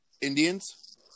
Indians